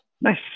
Nice